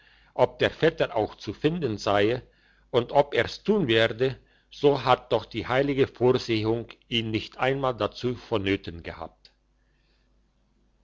ob der vetter auch zu finden seie und ob er's tun werde so hat doch die heilige vorsehung ihn nicht einmal dazu vonnöten gehabt